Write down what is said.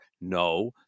No